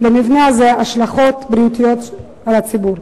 השלכות בריאותיות על הציבור.